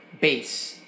base